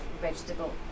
vegetable